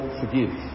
forgive